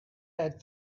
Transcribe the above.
had